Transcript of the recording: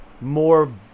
more